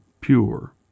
pure